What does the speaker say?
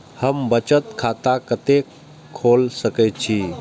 हम बचत खाता कते खोल सके छी?